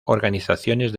organizaciones